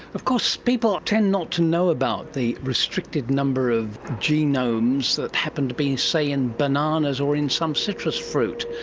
of course people tend not to know about the restricted number of genomes that happened to be in, say, bananas or in some citrus fruit,